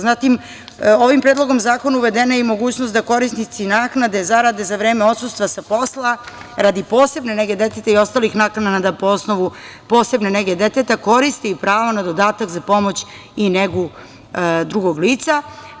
Zatim, ovim Predlogom zakona uvedena je mogućnost da korisnici naknade zarade za vreme odsustva sa posla radi posebne nege deteta i ostalih naknada po osnovu posebne nege deteta koristi pravo na dodatak za pomoć i negu drugog lica.